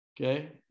okay